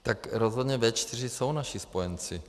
Tak rozhodně V4 jsou naši spojenci.